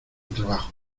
trabajo